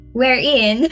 wherein